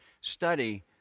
study